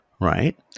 right